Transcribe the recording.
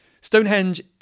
Stonehenge